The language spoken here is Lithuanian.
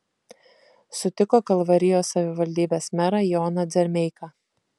sutiko kalvarijos savivaldybės merą joną dzermeiką